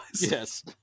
Yes